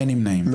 הצבעה לא אושרו.